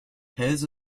pairs